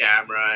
camera